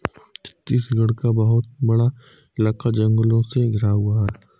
छत्तीसगढ़ का बहुत बड़ा इलाका जंगलों से घिरा हुआ है